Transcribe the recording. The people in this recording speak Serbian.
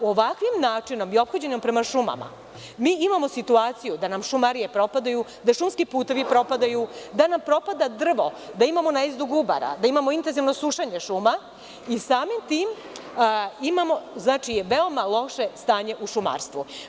Ovakvim načinom i ophođenjem prema šumama imamo situaciju da nam šumarije propadaju, da šumski putevi propadaju, da nam propada drvo, da imamo najezdu gubara, intenzivno sušenje šuma i samim tim, imamo veoma loše stanje u šumarstvu.